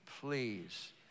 please